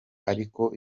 ariko